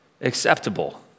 acceptable